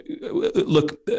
look